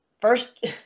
first